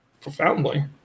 profoundly